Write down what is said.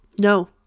no